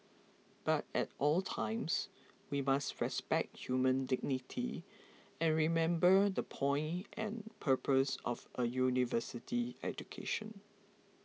but at all times we must respect human dignity and remember the point and purpose of a university education